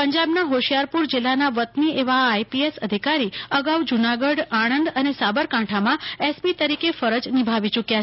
પંજાબના હોશિયારપુ ર જિલ્લાના વતની એવા આ આઈપીએસ અધિકારી અગાઉ જુનાગઢઆણંદ અને સાબરકાંઠામાં એસપી તરીકે ફરજ નિભાવી યુક્યા છે